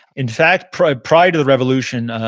in fact, prior prior to the revolution,